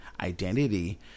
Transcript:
identity